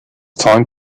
time